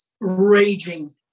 raging